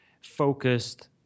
focused